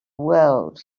world